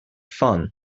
fun